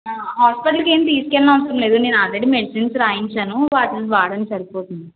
హాస్పిటల్కి ఏం తీసుకెళ్ళిన అవసరం లేదు నేను ఆల్రెడీ మెడిసిన్స్ రాయించాను వాటిని వాడండి సరిపోతుంది